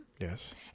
yes